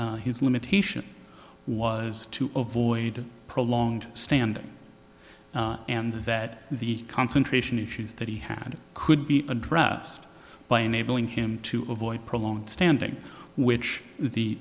his limitation was to avoid prolonged standing and that the concentration issues that he had could be addressed by enabling him to avoid prolonged standing which the